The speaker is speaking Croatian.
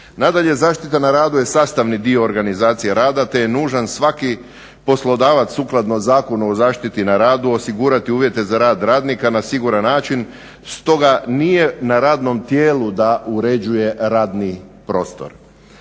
Nadalje, zaštita na radu je sastavni dio organizacije rada te je nužan svaki poslodavac sukladno Zakonu o zaštiti na radu osigurati uvjete za rad radnika na siguran način. Stoga nije na radnom tijelu da uređuje radni prostor.